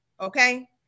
okay